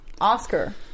Oscar